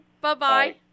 Bye-bye